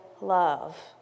love